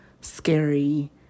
scary